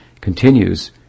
continues